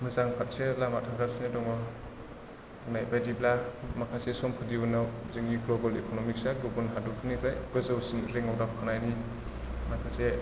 मोजां फारसे लामा थांगासिनो दङ बुंनाय बायदिब्ला माखासे समफोरनि उनाव जोंन ग्लबेल इकन'मिग्सया गुबुननिफ्राय गोजौ रेंकआव दावखोनायनि माखासे